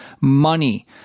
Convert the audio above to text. money